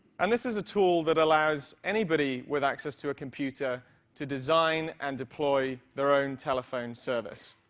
and this is a tool that allows anybody with access to a computer to design and deploy their own telephone service,